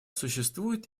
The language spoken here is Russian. существует